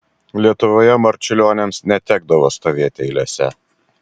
lietuvoje marčiulioniams netekdavo stovėti eilėse